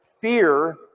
fear